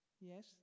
Yes